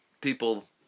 people